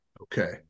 Okay